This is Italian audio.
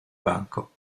banco